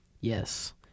Yes